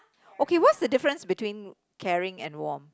okay what's the difference between caring and warm